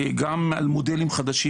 גם על מודלים חדשים,